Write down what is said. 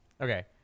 Okay